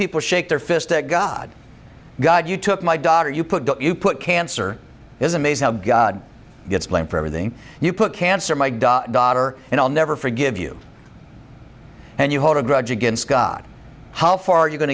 people shake their fist at god god you took my daughter you put you put cancer is amazing how god gets blamed for everything you put cancer my daughter and i'll never forgive you and you hold a grudge against god how far are you going